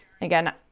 Again